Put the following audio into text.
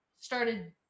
started